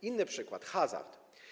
Inny przykład - hazard.